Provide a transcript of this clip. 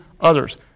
others